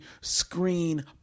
screen